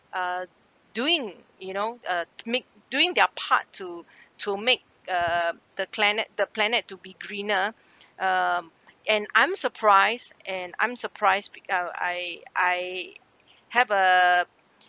uh doing you know uh make doing their part to to make uh the planet the planet to be greener um and I'm surprise and I'm surprised I I have a